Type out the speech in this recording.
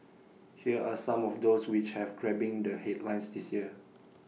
here are some of those which have grabbing the headlines this year